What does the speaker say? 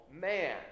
man